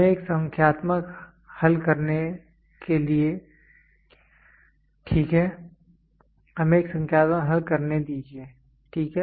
हम एक संख्यात्मक हल करने की कोशिश करते हैं ठीक है